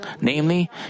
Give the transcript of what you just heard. Namely